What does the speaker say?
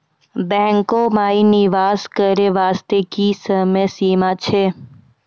बैंको माई निवेश करे बास्ते की समय सीमा छै?